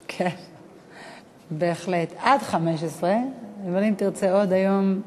כן, בהחלט, עד 15. אבל אם תרצה עוד, היום,